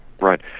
Right